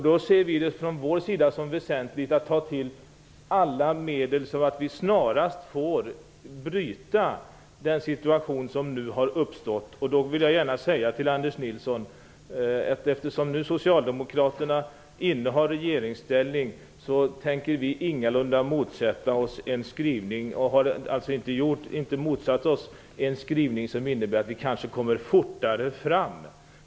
Vi ser det då som väsentligt att ta till alla medel så att det snarast går att bryta den situation som nu har uppstått. Eftersom socialdemokraterna nu innehar regeringsställning tänker vi ingalunda motsätta oss en skrivning som innebär att man kanske kommer fortare fram.